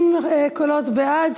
בעד.